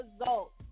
results